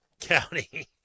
County